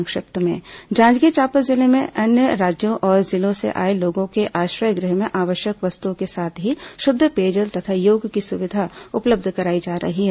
संक्षिप्त समाचार जांजगीर चांपा जिले में अन्य राज्यों और जिलों से आए लोगों को आश्रय गृह में आवश्यक वस्तुओं के साथ ही शुद्ध पेयजल तथा योग की सुविधा उपलब्ध कराई जा रही है